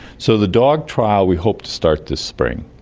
so the dog trial we hope to start this spring.